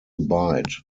bite